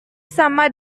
sama